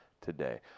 today